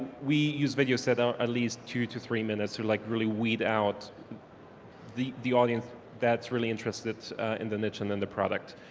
we use video set at least two to three minutes to like, really weed out the the audience that's really interested in the niche and then the product.